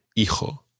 Hijo